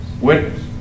Witness